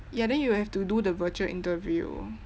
ya then you have to do the virtual interview